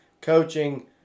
coaching